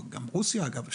גם רוסיה אגב,